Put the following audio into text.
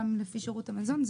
גם לפי שירות המזון,